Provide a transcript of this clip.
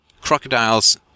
crocodiles